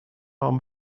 arm